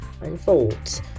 unfolds